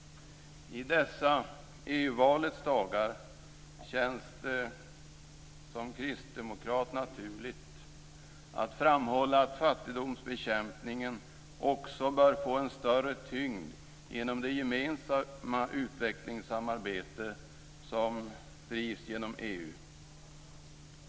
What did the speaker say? I dessa EU-valets dagar känns det naturligt för mig som kristdemokrat att framhålla att fattigdomsbekämpningen också bör få en större tyngd genom det gemensamma utvecklingssamarbete som drivs genom EU.